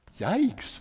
Yikes